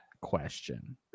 question